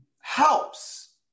helps